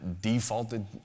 defaulted